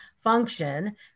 function